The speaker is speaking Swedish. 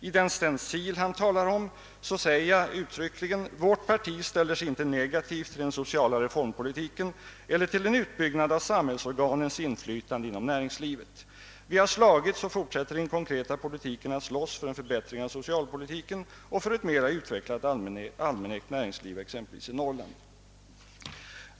I den stencil han talar om säger jag uttryckligen: »Vårt parti ställer sig inte negativt till den sociala reformpolitiken eller till en utbyggnad av samhällsorganens inflytande inom näringslivet. Vi har slagits och fortsätter i den konkreta politiken att slåss för en förbättring av socialpolitiken och för ett mera utvecklat ailmänägt näringsliv, exempelvis i Norrland.